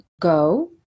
go